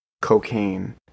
cocaine